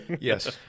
Yes